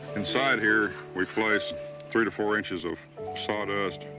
inside here, we've placed three to four inches of sawdust,